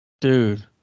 Dude